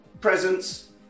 Presents